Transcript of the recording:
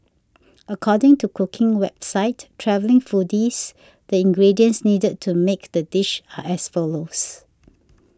according to cooking website Travelling Foodies the ingredients needed to make the dish are as follows